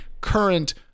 current